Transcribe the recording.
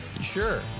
Sure